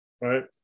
Right